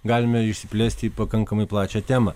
galime išsiplėsti į pakankamai plačią temą